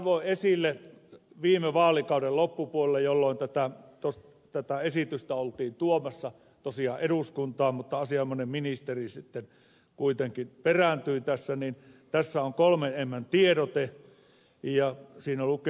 kaivoin esille viime vaalikauden loppupuolella jolloin tätä esitystä oltiin tuomassa tosiaan eduskuntaan mutta asianomainen ministeri sitten kuitenkin perääntyi tässä niin tässä on mmmn tiedote ja siinä lukee